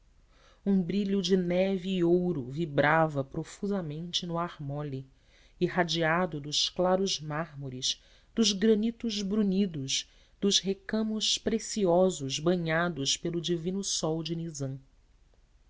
um brilho de neve e ouro vibrava profusamente no ar mole irradiado dos claros mármores dos granitos brunidos dos recamos preciosos banhados pelo divino sol de